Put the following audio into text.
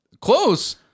Close